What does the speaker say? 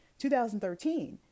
2013